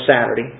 Saturday